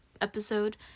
episode